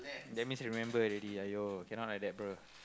that means I remember already !aiyo! cannot like that bruh